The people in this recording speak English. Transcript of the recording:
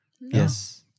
Yes